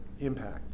impact